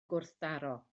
gwrthdaro